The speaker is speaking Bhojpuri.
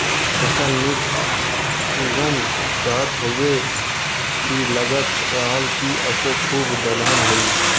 फसल निक उगल रहल हउवे की लगत रहल की असों खूबे दलहन होई